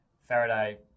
Faraday